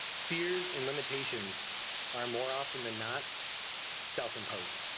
fears and limitations are more often than not self-imposed.